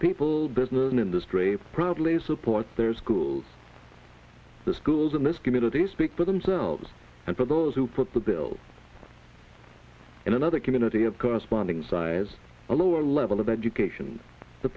people business an industry probably support their schools the schools in this community speak for themselves and for those who put the bills in another community of corresponding size a lower level of education the